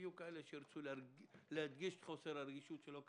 יהיו כאלה שירצו להדגיש את חוסר הרגישות שלא קיים,